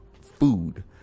food